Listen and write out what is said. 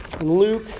Luke